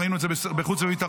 ראינו את זה בחוץ וביטחון.